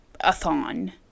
a-thon